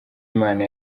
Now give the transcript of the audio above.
imana